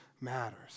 matters